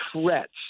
threats